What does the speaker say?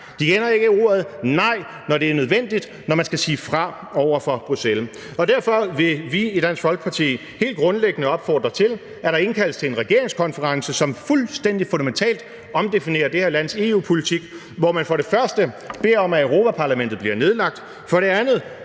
De kender ikke ordet nej, når det er nødvendigt, når man skal sige fra over for Bruxelles. Derfor vil vi i Dansk Folkeparti helt grundlæggende opfordre til, at der indkaldes til en regeringskonference, som fuldstændig fundamentalt omdefinerer det her lands EU-politik, hvor man for det første beder om, at Europa-Parlamentet bliver nedlagt, for det andet